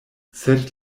sed